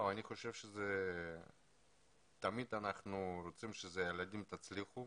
אני חושב שתמיד אנחנו רוצים שהילדים יצליחו